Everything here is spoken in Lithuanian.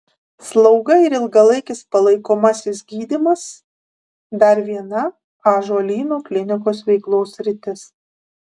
slauga ir ilgalaikis palaikomasis gydymas dar viena ąžuolyno klinikos veiklos sritis